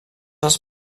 els